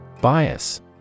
Bias